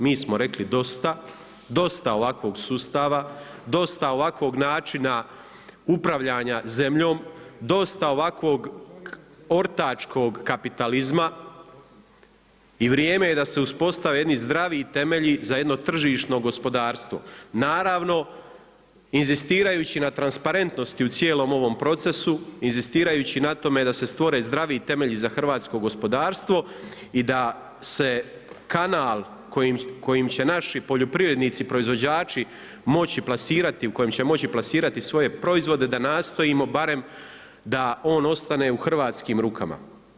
Mi smo rekli dosta, dosta ovakvog sustava, dosta ovakvog načina upravljanja zemljom, dosta ovakvog ortačkog kapitalizma i vrijeme je da se uspostave jedni zdraviji temelji za jedno tržišno gospodarstvo, naravno inzistirajući na transparentnosti u cijelom ovom procesu, inzistirajući na tome da se stvori zdrave temelji za hrvatsko gospodarstvo i da se kanal kojim će naši poljoprivrednici i proizvođači moći plasirati u kojem će moći plasirati svoje proizvode da nastojimo barem da on ostane u hrvatskim rukama.